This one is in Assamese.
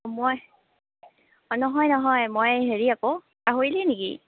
মই নহয় নহয় মই হেৰি আকৌ পাহৰিলি নেকি